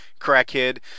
crackhead